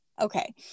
Okay